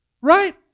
right